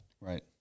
right